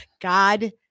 God